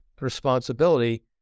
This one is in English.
responsibility